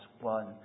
one